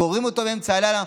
גוררים אותו באמצע הלילה,